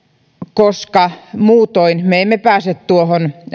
koska muutoin me emme pääse tuohon